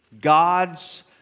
God's